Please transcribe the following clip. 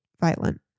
violent